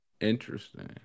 Interesting